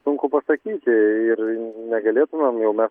sunku pasakyti ir negalėtumėm jau mes